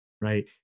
right